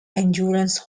endurance